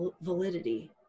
validity